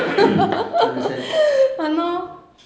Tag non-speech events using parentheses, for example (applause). (coughs) understand